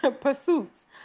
pursuits